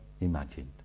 imagined